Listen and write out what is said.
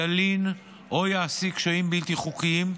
ילין או יעסיק שוהים בלתי חוקיים,